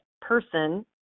person